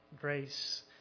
grace